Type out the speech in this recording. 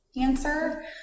answer